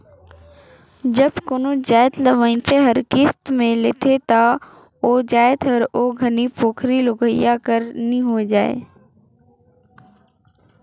जब कोनो जाएत ल मइनसे हर किस्त में लेथे ता ओ जाएत हर ओ घनी पोगरी लेहोइया कर नी होए जाए